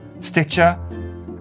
Stitcher